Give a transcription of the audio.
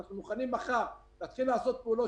אנחנו מוכנים מחר להתחיל לעשות פעולות